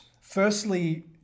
Firstly